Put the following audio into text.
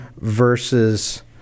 versus